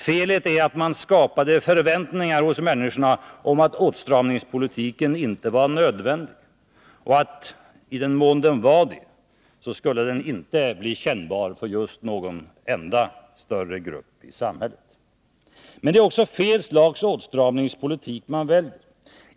Felet är att man skapade förväntningar hos människorna om att åtstramningspolitiken inte var nödvändig och att, i den mån den var det, den inte skulle bli kännbar för någon enda större grupp i samhället. Men det är också fel slags åtstramningspolitik man väljer.